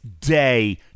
day